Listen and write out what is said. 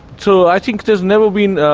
so i think there's never been.